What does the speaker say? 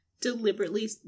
deliberately